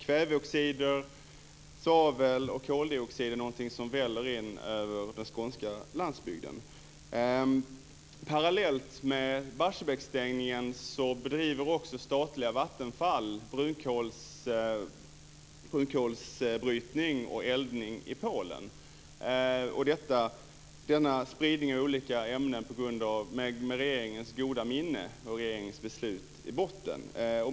Kväveoxider, svavel och koldioxid väller in över den skånska landsbygden. Parallellt med Barsebäcksstängningen bedriver statliga Vattenfall brunkolsbrytning och brunkolseldning i Polen - med spridning av olika ämnen, med regeringens goda minne och med regeringens beslut i botten.